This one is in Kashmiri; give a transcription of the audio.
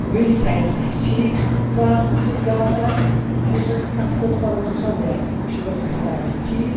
ویٖڈِ سایڈٕس آسہِ ٹھیٖک کانٛہہ تیُتھ گاسہٕ آسہِ یُس زَن اَتھ خٲطرٕ پَگاہ نۄقصان دِہ آسہِ أسۍ چھِ گۄڈٕ سۄ ہٹاوان ٹھیٖک